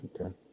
Okay